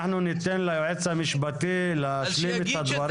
אנחנו ניתן ליועץ המשפטי להשלים את הדברים שלו.